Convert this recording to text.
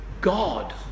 God